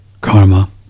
Karma